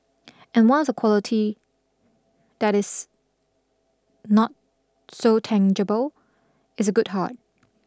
and once quality that is not so tangible is a good heart